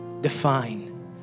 define